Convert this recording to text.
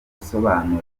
gusobanurirwa